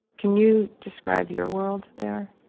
can you describe your world there?